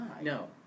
No